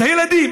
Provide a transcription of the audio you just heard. את הילדים,